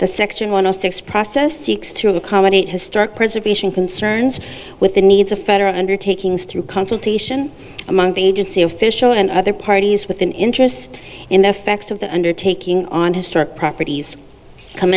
the section one hundred six process seeks to accommodate historic preservation concerns with the needs of federal undertakings through consultation among the agency official and other parties with an interest in the effects of the undertaking on historic properties com